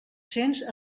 cents